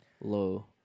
low